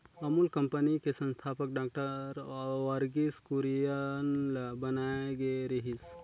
Amul company के संस्थापक doctor Verghese Kurien ल बनाए गे रिहिस